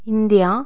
India